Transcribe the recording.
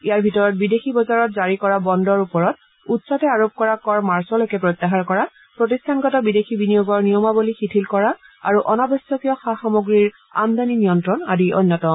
ইয়াৰ ভিতৰত বিদেশী বজাৰত জাৰি কৰা বণ্ডৰ ওপৰত উৎসতে আৰোপ কৰা কৰ মাৰ্চলৈকে প্ৰত্যাহাৰ কৰা প্ৰতিষ্ঠানগত বিদেশী বিনিয়োগৰ নিয়মাৱলী শিথিল কৰা আৰু অনাৱশ্যকীয় সা সামগ্ৰীৰ আমদানী নিয়ন্ত্ৰণ আদি অন্যতম